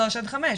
שלוש עד חמש,